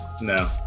No